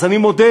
אז אני מודה,